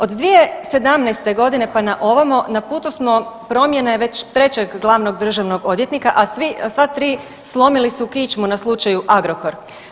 Od 2017. godine pa naovamo na putu smo promjene već trećeg glavnog državnog odvjetnika, a sva tri slomili su kičmu na slučaju Agrokor.